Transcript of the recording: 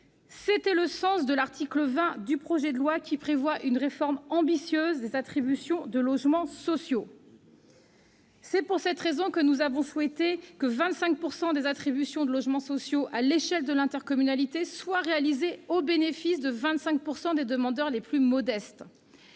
C'était le sens de l'article 20 du projet de loi, qui prévoyait une réforme ambitieuse des attributions de logements sociaux. Ainsi, nous souhaitons que 25 % des attributions de logements sociaux à l'échelle de l'intercommunalité soient réalisées au bénéfice des 25 % de demandeurs les plus modestes.